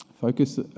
Focus